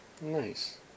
Nice